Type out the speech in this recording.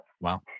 Wow